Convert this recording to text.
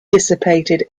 dissipated